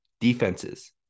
defenses